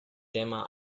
tema